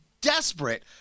desperate